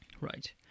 Right